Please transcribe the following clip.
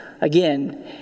again